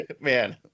man